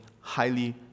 highly